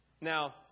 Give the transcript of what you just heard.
Now